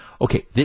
Okay